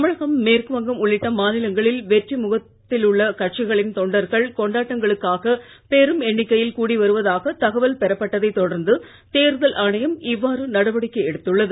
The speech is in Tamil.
தமிழகம் மேற்குவங்கம்உள்ளிட்டமாநிலங்களில்வெற்றிமுகத்திலுள்ளகட்சிகளின் தொண்டர்கள்கொண்டாட்டங்களுக்காகபெரும்எண்ணிக்கையில்கூடிவரு வதாகதகவல்பெறப்பட்டதைதொடர்ந்துதேர்தல்ஆணையம்இவ்வாறுநடவ டிக்கைஎடுத்துள்ளது